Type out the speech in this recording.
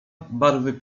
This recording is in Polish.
barwy